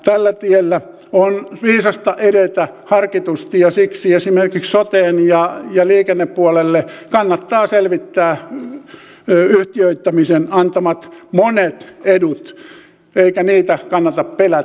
tällä tiellä on viisasta edetä harkitusti ja siksi esimerkiksi soteen ja liikennepuolelle kannattaa selvittää yhtiöittämisen antamat monet edut eikä niitä kannata pelätä